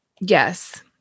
Yes